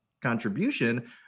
contribution